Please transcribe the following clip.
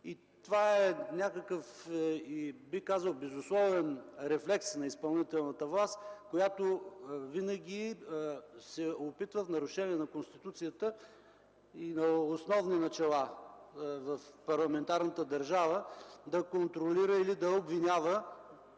казал, е някакъв безусловен рефлекс на изпълнителната власт, която винаги се опитва, в нарушение на Конституцията и на основни начала в парламентарната държава, да контролира или да обвинява